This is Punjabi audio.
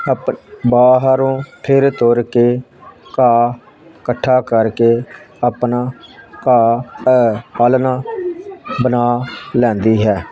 ਆਪ ਬਾਹਰੋਂ ਫਿਰ ਤੁਰ ਕੇ ਘਾਹ ਇਕੱਠਾ ਕਰਕੇ ਆਪਣਾ ਘਾਹ ਹੈ ਆਲ੍ਹਣਾ ਬਣਾ ਲੈਂਦੀ ਹੈ